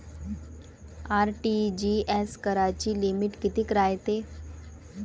RTGS कराची limit कितीक रायते?